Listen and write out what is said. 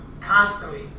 Constantly